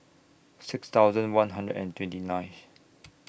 six thousand one hundred and twenty ninth